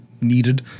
needed